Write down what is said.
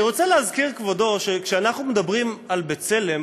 אני רוצה להזכיר שכשאנחנו מדברים על "בצלם",